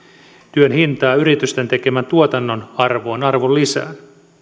työn hintaa yritysten tekemän tuotannon arvoon arvonlisään